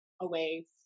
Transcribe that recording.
away